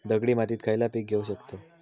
दगडी मातीत खयला पीक घेव शकताव?